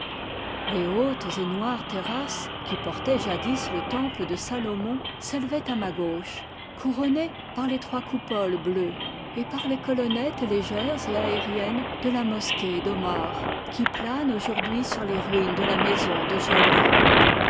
les hautes et noires terrasses qui portaient jadis le temple de salomon s'élevaient à ma gauche couronnées par les trois coupoles bleues et par les colonnettes légères et aériennes de la mosquée d'omar qui plane aujourd'hui sur les ruines de la maison de jehovah